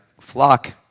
flock